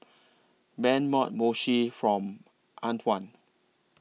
Ben bought Mochi from Antwon